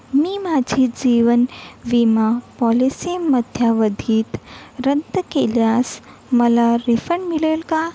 मी माझी जीवन विमा पॉलिसी मध्यावधीत रद्द केल्यास मला रिफंड मिळेल का